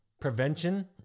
Prevention